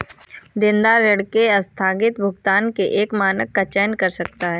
देनदार ऋण के आस्थगित भुगतान के एक मानक का चयन कर सकता है